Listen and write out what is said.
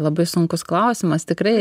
labai sunkus klausimas tikrai